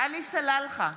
עלי סלאלחה,